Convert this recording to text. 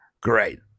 Great